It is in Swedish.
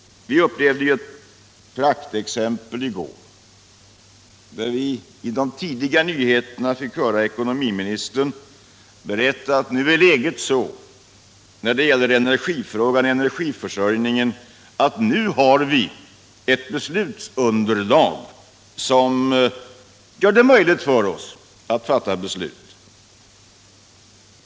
Vi upplevde ett praktexcmpel på det i går. I de tidiga nyheterna fick vi höra ekonomiministern berätta att läget i energifrågan är sådant att nu har vi ett underlag som gör det möjligt för oss att fatta beslut.